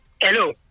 Hello